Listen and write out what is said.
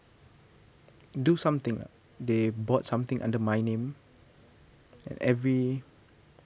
do something lah they bought something under my name and every